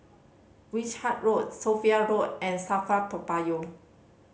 Wishart Road Sophia Road and SAFRA Toa Payoh